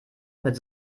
mit